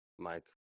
mike